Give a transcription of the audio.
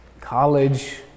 College